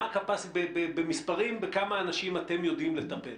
מה הקפסיטי במספרים, וכמה אנשים אתם יודעים לטפל?